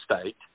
state